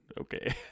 Okay